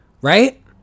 right